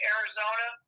Arizona